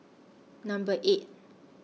Number eight